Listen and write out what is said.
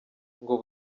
ngo